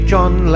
John